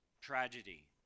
Tragedy